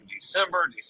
December